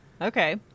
Okay